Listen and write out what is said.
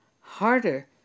harder